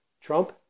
Trump